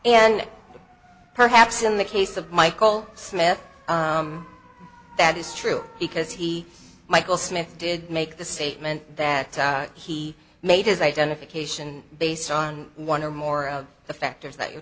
and perhaps in the case of michael smith that is true because he michael smith did make the statement that he made his identification based on one or more of the factors that you're